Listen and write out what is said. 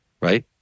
right